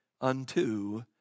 unto